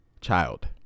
child